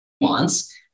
wants